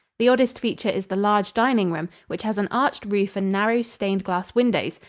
the oddest feature is the large dining room, which has an arched roof and narrow, stained-glass windows,